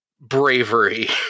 bravery